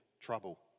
trouble